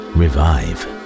revive